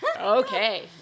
okay